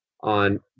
on